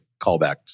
callbacks